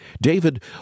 David